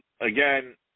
again